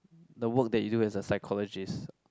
the work that you do as a psychologist